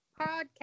podcast